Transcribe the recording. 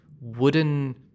wooden